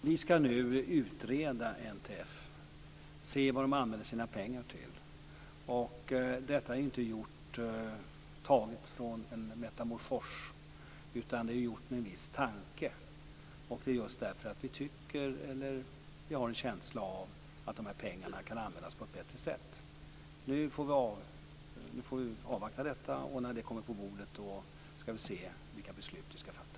Herr talman! Vi skall nu utreda NTF och se vad man använder sina pengar till. Detta är inte någon metamorfos, utan det är en viss tanke med det. Det är just därför att vi har en känsla av att de här pengarna kan användas på ett bättre sätt. Nu får vi avvakta utredningen. När den kommer på bordet skall vi se vilka beslut vi skall fatta.